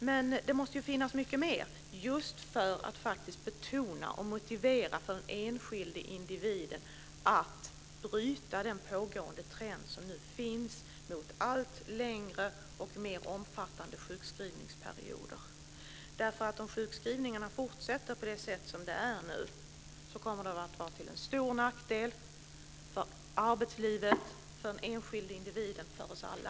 Men det måste finnas mycket mer för att betona och motivera för den enskilde individen att bryta den nu pågående trenden mot allt längre och mer omfattande sjukskrivningsperioder. Om sjukskrivningarna fortsätter på samma sätt som nu kommer de att vara till stor nackdel för arbetslivet, för den enskilde individen och för oss alla.